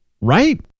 right